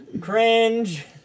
Cringe